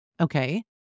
Okay